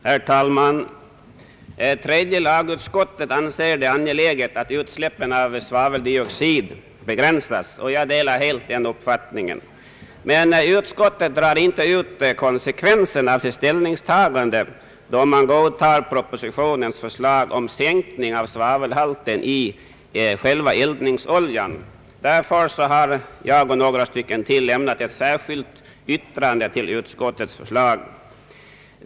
Herr talman! Tredje lagutskottet anser det angeläget att utsläppen av svaveldioxid begränsas. Jag delar helt den uppfattningen. Men utskottet drar inte ut konsekvensen av sitt ställningstagande, då utskottet godtar propositionens förslag om sänkning av svavelhalten i själva eldningsoljan. Därför har jag och några andra ledamöter fogat ett särskilt yttrande till utskottets utlåtande.